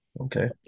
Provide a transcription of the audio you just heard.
Okay